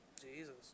Jesus